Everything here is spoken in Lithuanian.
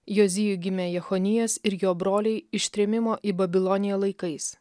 jozijui gimė jechonijas ir jo broliai ištrėmimo į babiloniją laikais